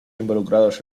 involucrados